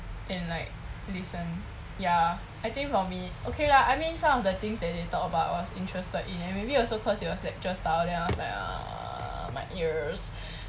and like listen ya I think for me okay lah I mean some of the things that they talk about was interested in and maybe also it was lecture style then I was like ah my ears